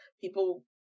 people